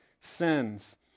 sins